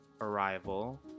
Arrival